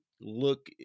look